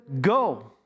go